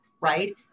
right